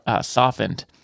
softened